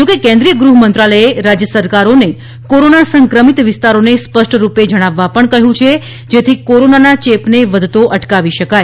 જો કે કેન્દ્રિય ગૃહમંત્રાલયે રાજય સરકારોને કોરોના સંક્રમિત વિસ્તારોને સ્પષ્ટરૂપે જણાવવા પણ કહયું છે જેથી કોરોનાના ચેપને વધતો અટકાવી શકાય